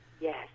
yes